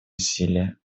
усилия